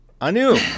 Anu